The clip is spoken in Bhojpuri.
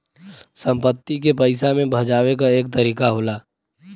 संपत्ति के पइसा मे भजावे क एक तरीका होला